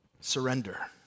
Surrender